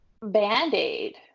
band-aid